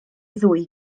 ddwy